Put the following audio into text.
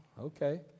okay